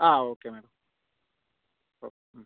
ആ okay madam ഓ മ്